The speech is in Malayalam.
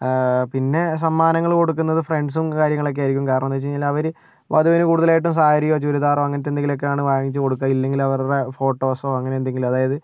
പിന്നെ സമ്മാനങ്ങൾ കൊടുക്കുന്നത് ഫ്രണ്ട്സും കാര്യങ്ങളൊക്കെ ആയിരിക്കും കാരണം ന്തേച്ചാഞ്ഞാൽ അവര് വധുവിന് കൂടുതൽ ആയിട്ടും സാരിയോ ചുരിദാറോ അങ്ങനത്തെന്തെങ്കിലോക്കേയാണ് വാങ്ങിച്ചു കൊടുക്കുക ഇല്ലെങ്കിൽ അവരുടെ ഫോട്ടോസോ അങ്ങനെ എന്തെങ്കിലും അതായത്